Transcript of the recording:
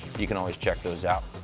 you can always check those out.